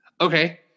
Okay